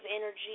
energy